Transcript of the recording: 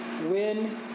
win